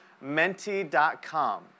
menti.com